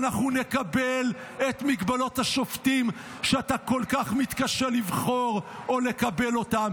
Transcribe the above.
ואנחנו נקבל את מגבלות השופטים שאתה כל כך מתקשה לבחור או לקבל אותם,